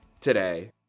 today